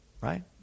right